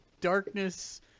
darkness